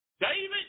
David